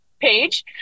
page